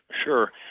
Sure